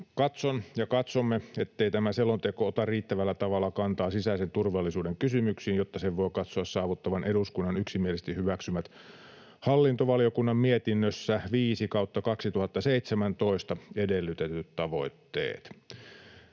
Katson ja katsomme, ettei tämä selonteko ota riittävällä tavalla kantaa sisäisen turvallisuuden kysymyksiin, jotta sen voi katsoa saavuttavan eduskunnan yksimielisesti hyväksymät hallintovaliokunnan mietinnössä 5/2017 edellytetyt tavoitteet.